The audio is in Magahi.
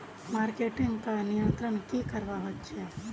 मार्केटिंग का नियंत्रण की करवा होचे?